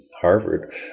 Harvard